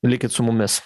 likit su mumis